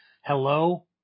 hello